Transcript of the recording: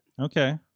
Okay